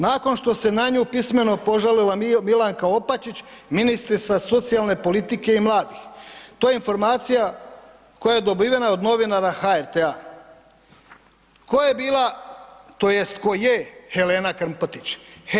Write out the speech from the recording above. Nakon što se na nju pismeno požalila Milanka Opačić, ministri sa socijalne politike i mladih, to je informacija koja je dobivena i od novinara HRT-a, ko je bila tj. ko je Helena Krmpotić?